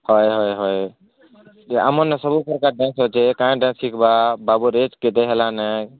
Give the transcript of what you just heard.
ହଏ ହଏ ହଏ ଆମର ନା ସବୁ ପ୍ରକାରର ଡ୍ୟାନ୍ସ ଅଛି କାଁଟା ଶିଖ୍ବା ବାବୁର କେତେ ଏଜ୍ ହେଲାନେ